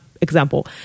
example